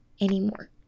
anymore